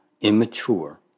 immature